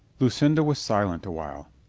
lucinda was silent a while.